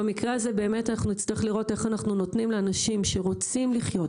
במקרה הזה נצטרך לראות איך אנחנו נותנים לאנשים שרוצים לחיות,